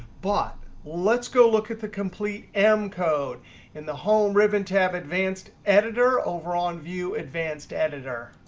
but let's go look at the complete m code in the home ribbon tab advanced editor over on view advanced editor.